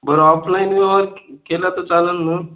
बरं ऑफलाईन व्यवहार केला तर चालेल मग